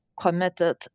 committed